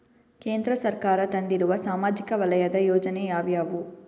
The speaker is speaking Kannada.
ಕೇಂದ್ರ ಸರ್ಕಾರ ತಂದಿರುವ ಸಾಮಾಜಿಕ ವಲಯದ ಯೋಜನೆ ಯಾವ್ಯಾವು?